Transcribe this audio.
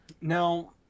Now